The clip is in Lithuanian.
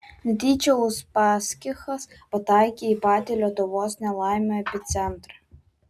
netyčia uspaskichas pataikė į patį lietuvos nelaimių epicentrą